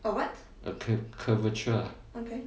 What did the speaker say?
a a curvature ah